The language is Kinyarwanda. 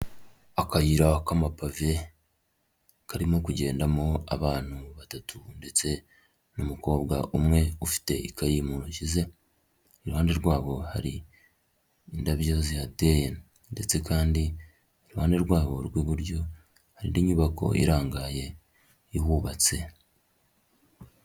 Akayira k'amapave karimo kugendamo abantu batatu ndetse n'umukobwa umwe ufite ikayi mu ntoki ze, iruhande rwabo hari indabyo zihateye ndetse kandi iruhande rwabo rw'iburyo hari indi nyubako irangaye ihubatse.